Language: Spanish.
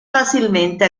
fácilmente